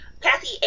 Kathy